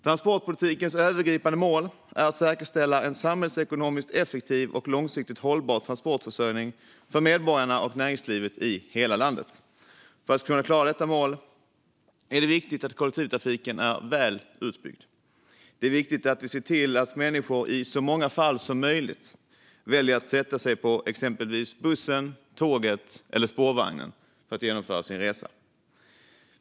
Transportpolitikens övergripande mål är att säkerställa en samhällsekonomiskt effektiv och långsiktigt hållbar transportförsörjning för medborgarna och näringslivet i hela landet. För att kunna klara detta mål är det viktigt att kollektivtrafiken är väl utbyggd. Det är viktigt att vi ser till att människor i så många fall som möjligt väljer att sätta sig på exempelvis bussen, tåget eller spårvagnen för att genomföra sin resa.